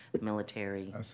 military